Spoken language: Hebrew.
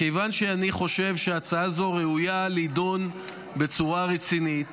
מכיוון שאני חושב שהצעה זו ראויה להידון בצורה רצינית,